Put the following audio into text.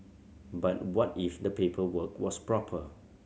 but what if the paperwork was proper